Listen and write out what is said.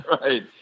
right